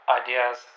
ideas